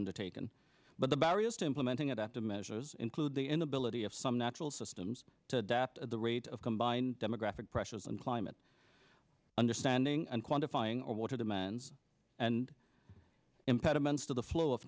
undertaken but the barriers to implementing active measures include the inability of some natural systems to adapt the rate of combined demographic pressures and climate understanding and quantifying or water demands and impediments to the flow of